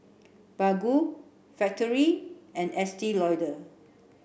Baggu Factorie and Estee Lauder